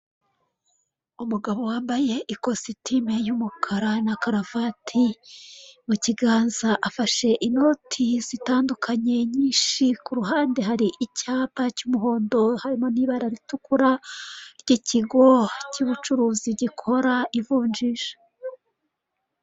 Umugabo wambaye ikositime y'umukara na karuvati, mu kiganza afashe inoti zitandukanye nyinshi, ku ruhande hari icyapa cy'umuhondo harimo n'ibara ritukura ry'ikigo cy'ubucuruzi gikora ivunjisha.